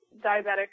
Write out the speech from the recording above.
diabetic